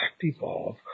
evolve